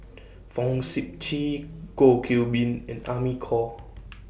Fong Sip Chee Goh Qiu Bin and Amy Khor